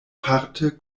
parte